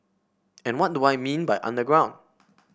and what do I mean by underground